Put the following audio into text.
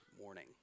morning